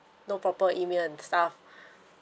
no proper email and stuff